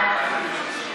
אבל אתה חבר בממשלה.